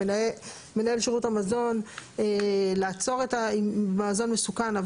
מנהל שירות המזון לעצור מזון מסוכן.